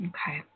Okay